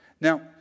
Now